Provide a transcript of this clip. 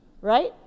right